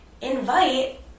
invite